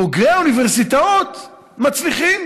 בוגרי אוניברסיטאות מצליחים.